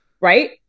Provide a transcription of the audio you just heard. right